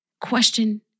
question